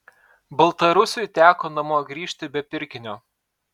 baltarusiui teko namo grįžti be pirkinio